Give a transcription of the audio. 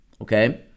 Okay